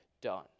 done